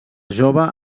jove